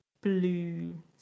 blue